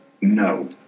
No